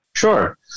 Sure